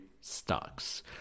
stocks